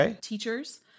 teachers